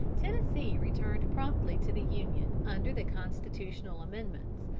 tennessee returned promptly to the union under the constitutional amendments,